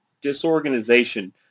disorganization